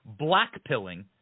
blackpilling